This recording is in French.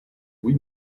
oui